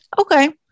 Okay